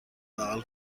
بغل